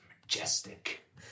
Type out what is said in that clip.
Majestic